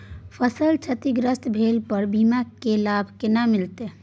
फसल क्षतिग्रस्त भेला पर बीमा के लाभ केना मिलत?